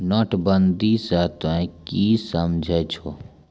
नोटबंदी स तों की समझै छौ